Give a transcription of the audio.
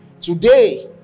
today